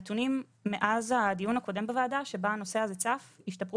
הנתונים מאז הדיון הקודם בוועדה שבו הנושא הזה צף השתפרו